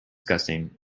disgusting